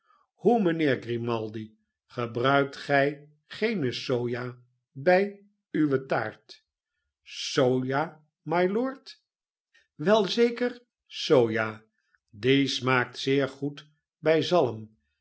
hoe mijnheer grimaldi gebruikt gij geene soja bij uwe taart soja mylord wel zeker soja die smaakt zeer goed bij zalm